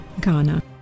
Ghana